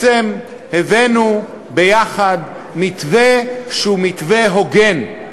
הבאנו ביחד מתווה שהוא מתווה הוגן,